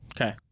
Okay